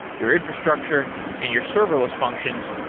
your infrastructure and your serverless functions,